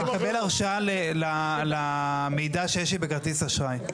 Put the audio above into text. --- לקבל הרשאה למידע שיש לי בכרטיס אשראי.